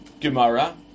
Gemara